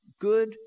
good